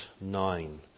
nine